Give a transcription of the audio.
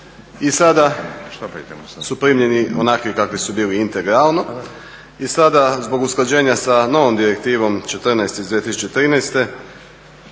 I sad su primljeni onakvi kakvi su bili integralno i sada zbog usklađenja sa novom direktivnom 14 iz 2013.